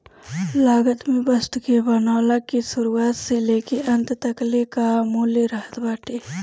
लागत में वस्तु के बनला के शुरुआत से लेके अंत तकले कअ मूल्य रहत बाटे